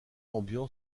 ambiant